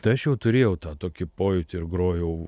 tačiau turėjau tą tokį pojūtį ir grojau